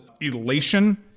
elation